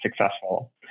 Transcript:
successful